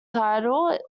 title